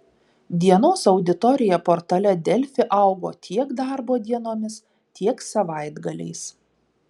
dienos auditorija portale delfi augo tiek darbo dienomis tiek savaitgaliais